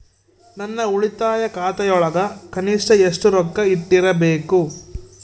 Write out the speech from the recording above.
ನನ್ನ ಉಳಿತಾಯ ಖಾತೆಯೊಳಗ ಕನಿಷ್ಟ ಎಷ್ಟು ರೊಕ್ಕ ಇಟ್ಟಿರಬೇಕು?